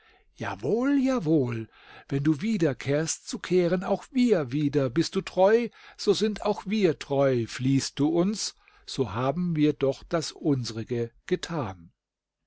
jawohl jawohl wenn du wiederkehrst so kehren auch wir wieder bist du treu so sind auch wir treu fliehst du uns so haben wir doch das unsrige getan